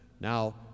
Now